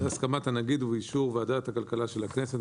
בהסכמת הנגיד ובאישור ועדת הכלכלה של הכנסת,